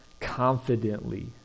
confidently